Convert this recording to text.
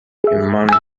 amongst